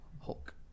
Hulk